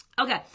Okay